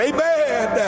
Amen